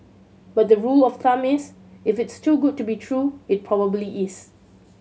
but the rule of climb is if it's too good to be true it probably is